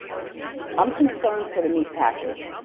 i'm concerned for the meat packers.